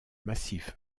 massif